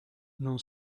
non